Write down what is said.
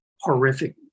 horrific